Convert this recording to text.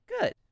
good